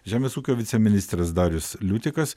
žemės ūkio viceministras darius liutikas